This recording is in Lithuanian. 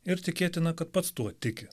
ir tikėtina kad pats tuo tiki